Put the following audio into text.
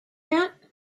yet